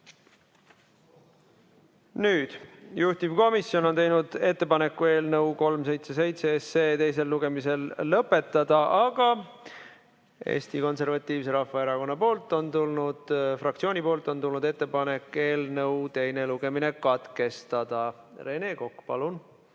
Juhtivkomisjon on teinud ettepaneku eelnõu 377 teine lugemine lõpetada, aga Eesti Konservatiivse Rahvaerakonna fraktsioonilt on tulnud ettepanek eelnõu teine lugemine katkestada. Rene Kokk, palun!